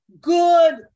Good